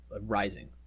rising